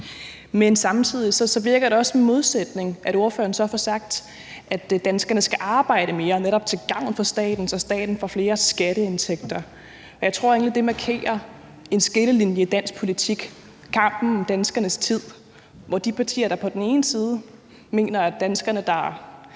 Men samtidig virker det også som en modsætning, at ordføreren så får sagt, at danskerne skal arbejde mere netop til gavn for staten, så staten får flere skatteindtægter. Jeg tror egentlig, at det markerer en skillelinje i dansk politik med hensyn til kampen om danskernes tid, hvor partier på den ene side mener, at danskerne er